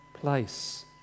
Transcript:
place